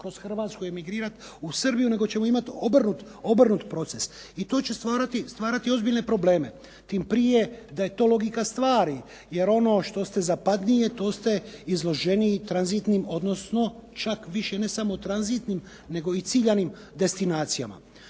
kroz Hrvatsku i emigrirati u Srbiju nego ćemo imati obrnut proces. I to će stvarati ozbiljne probleme. Tim prije da je to logika stvar, jer ono što ste zapadnije, to ste izloženiji tranzitnim odnosno čak više ne tranzitnim nego i ciljanim destinacijama.